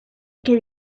que